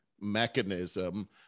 mechanism